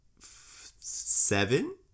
seven